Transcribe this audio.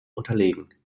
unterlegen